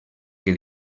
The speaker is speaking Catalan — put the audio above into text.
que